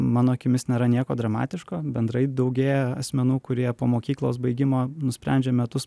mano akimis nėra nieko dramatiško bendrai daugėja asmenų kurie po mokyklos baigimo nusprendžia metus